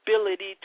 ability